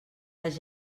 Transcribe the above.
les